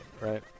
right